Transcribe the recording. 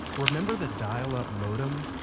remember the dial-up modem?